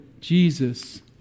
Jesus